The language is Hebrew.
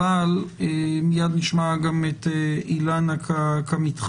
אבל מיד נשמע גם את אילנה כמתחייב,